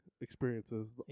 experiences